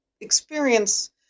experience